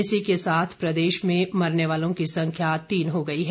इसी के साथ प्रदेश में मरने वालों की संख्या तीन हो गई है